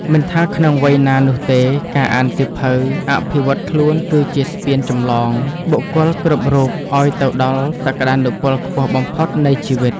មិនថាក្នុងវ័យណានោះទេ ការអានសៀវភៅអភិវឌ្ឍខ្លួនគឺជាស្ពានចម្លងបុគ្គលគ្រប់រូបឱ្យទៅដល់សក្ដានុពលខ្ពស់បំផុតនៃជីវិត។